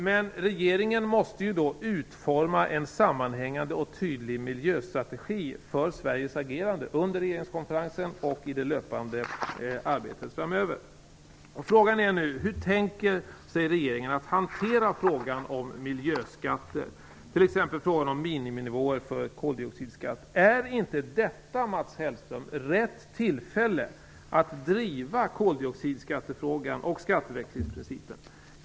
Men regeringen måste ju utforma en sammanhängande och tydlig miljöstrategi för Sveriges agerande under regeringskonferensen och i det löpande arbetet framöver. Frågan är nu: Hur tänker regeringen hantera frågan om miljöskatter? Det gäller t.ex. frågan om miniminivåer för koldioxidskatt. Är inte detta, Mats Hellström, rätt tillfälle att driva frågorna om en koldioxidskatt och om en skatteväxlingsprincip?